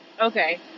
Okay